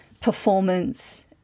performance